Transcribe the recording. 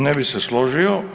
Ne bih se složio.